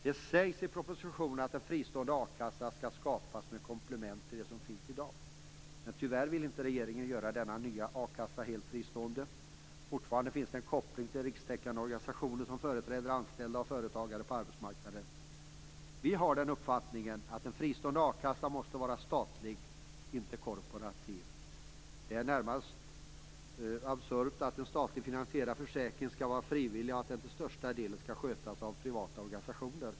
Det sägs i propositionen att en fristående a-kassa skall skapas med komplement till dem som finns i dag. Men tyvärr vill inte regeringen göra denna nya akassa helt fristående. Fortfarande finnas det en koppling till rikstäckande organisationer som företräder anställda och företagare på arbetsmarknaden. Vi har uppfattningen att en fristående a-kassa måste vara statlig, inte korporativ. Det är närmast absurt att en statligt finansierad försäkring skall vara frivillig och att den till största delen skall skötas av privata organisationer.